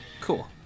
Cool